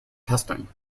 testing